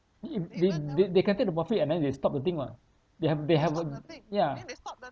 if they they they can take the profit and then they stop the thing [what] they have they have uh ya